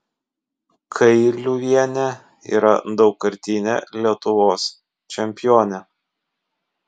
kailiuvienė yra daugkartinė lietuvos čempionė